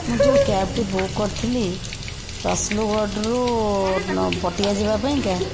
ମୁଁ ଯେଉଁ କ୍ୟାବଟି ବୁକ କରିଥିଲି ରସୁଲଗଡ଼ରୁ ପଟିଆ ଯିବା ପାଇଁ କା